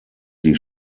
die